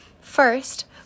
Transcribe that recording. First